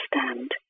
understand